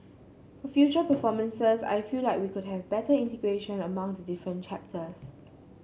for future performances I feel like we could have better integration among the different chapters